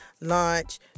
launch